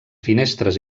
finestres